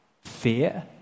fear